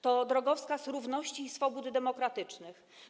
To drogowskaz równości i swobód demokratycznych.